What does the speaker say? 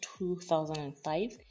2005